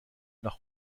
nach